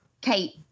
Kate